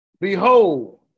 Behold